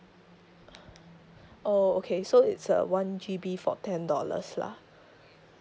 oh okay so it's uh one G_B for ten dollars lah